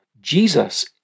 Jesus